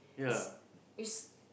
is is